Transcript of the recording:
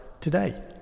today